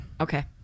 Okay